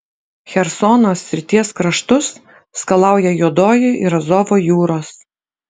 chersono srities kraštus skalauja juodoji ir azovo jūros